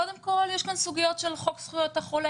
קודם כול יש כאן סוגיות של חוק זכויות החולה.